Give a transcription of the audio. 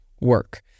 work